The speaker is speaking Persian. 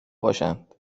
باشند